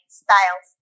styles